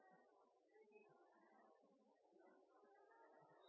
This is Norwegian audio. å